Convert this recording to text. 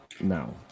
No